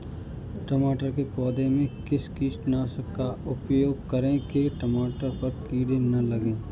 टमाटर के पौधे में किस कीटनाशक का उपयोग करें कि टमाटर पर कीड़े न लगें?